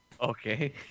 Okay